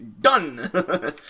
done